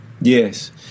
Yes